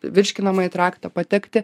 virškinamąjį traktą patekti